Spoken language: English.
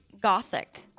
Gothic